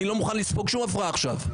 אני לא מוכן לספוג שום הפרעה עכשיו.